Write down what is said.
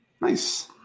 Nice